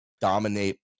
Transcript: dominate